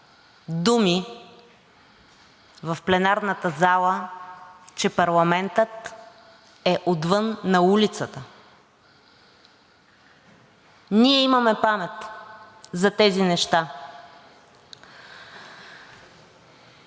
думи в пленарната зала, че парламентът е отвън на улицата. Ние имаме памет за тези неща.